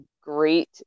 great